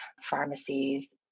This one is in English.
pharmacies